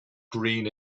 green